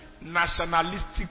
nationalistic